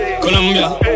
Colombia